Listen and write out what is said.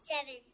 Seven